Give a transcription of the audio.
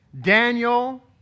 Daniel